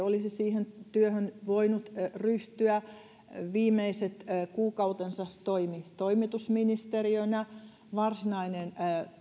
olisi siihen työhön voinut ryhtyä viimeiset kuukautensa toimi toimitusministeristönä varsinainen